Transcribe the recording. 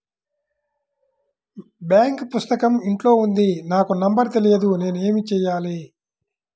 Bank పుస్తకం ఇంట్లో ఉంది నాకు నంబర్ తెలియదు నేను ఏమి చెయ్యాలి?